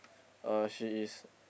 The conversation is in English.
uh she is